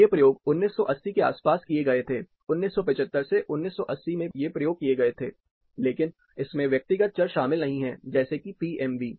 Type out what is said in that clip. ये प्रयोग 1980 के आसपास किए गए थे 1975 से 1980 में ये प्रयोग किए गए थे लेकिन इसमें व्यक्तिगत चर शामिल नहीं हैं जैसे की पीएमवी